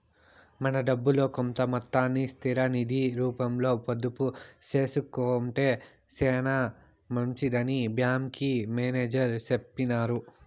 మన డబ్బుల్లో కొంత మొత్తాన్ని స్థిర నిది రూపంలో పొదుపు సేసుకొంటే సేనా మంచిదని బ్యాంకి మేనేజర్ సెప్పినారు